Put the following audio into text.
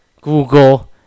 Google